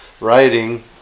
writing